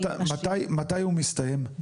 מתי הוא מסתיים?